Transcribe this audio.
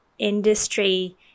industry